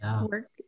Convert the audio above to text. Work